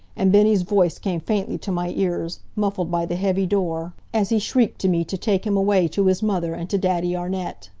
and bennie's voice came faintly to my ears, muffled by the heavy door, as he shrieked to me to take him away to his mother, and to daddy arnett.